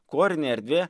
korinė erdvė